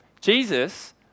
Jesus